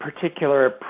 particular